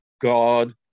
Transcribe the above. God